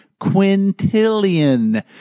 quintillion